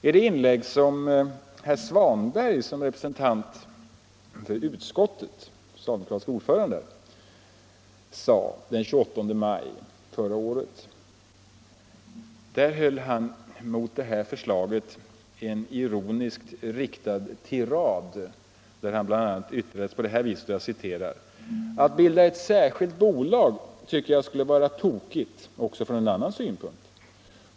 I sitt inlägg i debatten den 28 maj förra året avslutade näringsutskottets socialdemokratiske orförande herr Svanberg en mot moderaterna riktad ironisk tirad på följande sätt: ”Att bilda ett särskilt bolag tycker jag skulle vara tokigt också från en annan synpunkt.